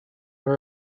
her